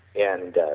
and